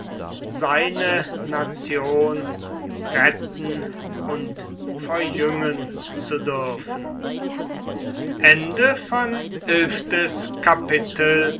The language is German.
seien nation retten und verjüngen zu dürfen